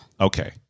Okay